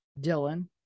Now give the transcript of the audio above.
dylan